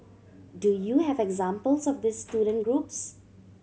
do you have examples of these student groups